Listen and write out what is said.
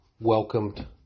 welcomed